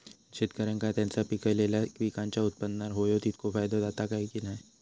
शेतकऱ्यांका त्यांचा पिकयलेल्या पीकांच्या उत्पन्नार होयो तितको फायदो जाता काय की नाय?